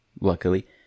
luckily